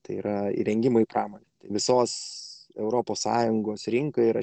tai yra įrengimai pramonės visos europos sąjungos rinkai yra